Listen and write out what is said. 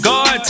God